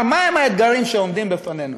לומר מהם האתגרים שעומדים בפנינו.